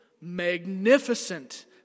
magnificent